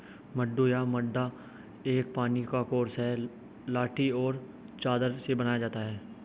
मड्डू या मड्डा एक पानी का कोर्स है लाठी और चादर से बनाया जाता है